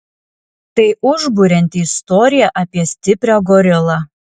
tai užburianti istorija apie stiprią gorilą